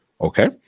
Okay